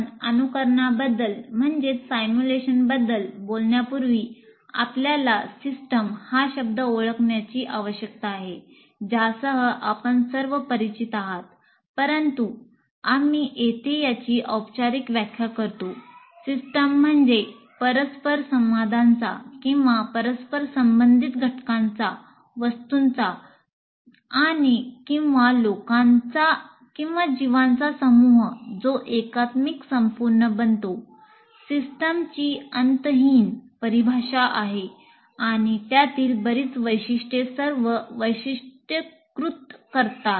आपण अणुकरानाबद्दल बोलण्यापूर्वी आपल्याला 'सिस्टम' परिभाषा आहेत आणि त्यातील बरीच वैशिष्ट्ये सर्व वैशिष्ट्यीकृत करतात